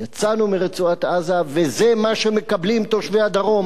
יצאנו מרצועת-עזה וזה מה שמקבלים תושבי הדרום.